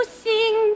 sing